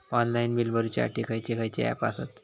Online bill भरुच्यासाठी खयचे खयचे ऍप आसत?